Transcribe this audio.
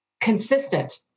consistent